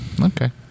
Okay